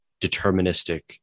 deterministic